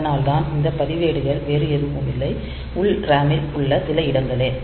அதனால்தான் இந்த பதிவேடுகள் வேறு எதுவும் இல்லை உள் RAM ல் உள்ள சில இடங்களே